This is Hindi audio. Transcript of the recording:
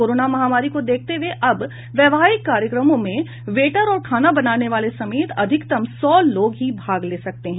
कोरोना महामारी को देखते हुए अब वैवाहिक कार्यक्रमों में वेटर और खाना बनाने वाले समेत अधिकतम सौ लोग ही भाग ले सकते हैं